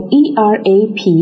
erap